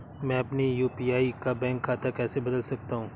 मैं अपने यू.पी.आई का बैंक खाता कैसे बदल सकता हूँ?